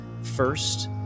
first